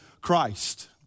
Christ